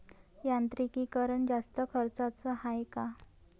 यांत्रिकीकरण जास्त खर्चाचं हाये का?